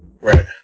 Right